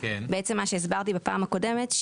בעצם זה מה שהסברתי בפעם הקודמת,